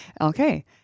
Okay